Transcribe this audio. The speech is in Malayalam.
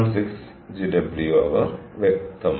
6 GW hr വ്യക്തമാണ്